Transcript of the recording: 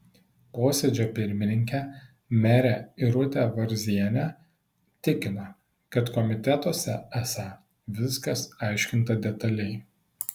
posėdžio pirmininkė merė irutė varzienė tikino kad komitetuose esą viskas aiškinta detaliai